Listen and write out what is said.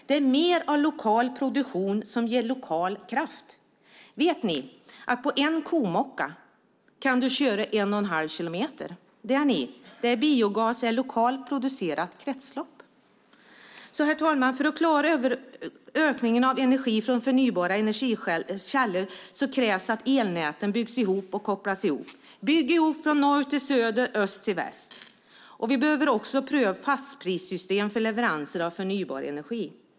Det är mer av lokal produktion som ger lokal kraft. Vet ni att på en komocka kan man köra en och en halv kilometer? Det ni - det är biogas i lokalt producerat kretslopp! Herr talman! För att klara ökningen av energi från förnybara energikällor krävs att elnäten byggs ihop och kopplas ihop. Bygg ihop från norr till söder och från öst till väst! Vi behöver också pröva fastprissystem för leveranser av förnybar energi.